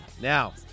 Now